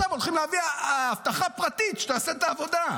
הולכים להביא אבטחה פרטית שתעשה את העבודה,